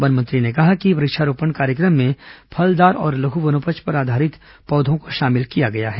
one मंत्री ने कहा कि वृक्षारोपण कार्यक्रम में फलदार और लघ् वनोपज पर आधारित पौधों को शामिल किया गया है